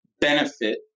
benefit